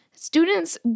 Students